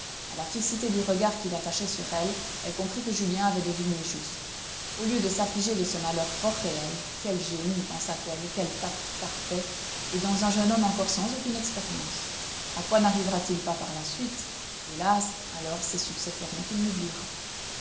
a la fixité du regard qu'il attachait sur elle elle comprit que julien avait deviné juste au lieu de s'affliger de ce malheur fort réel quel génie pensa-t-elle quel tact parfait et dans un jeune homme encore sans aucune expérience a quoi narrivera t il pas par la suite hélas alors ses succès feront qu'il m'oubliera